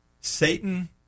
Satan